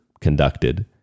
conducted